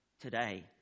today